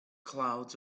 clouds